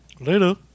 Later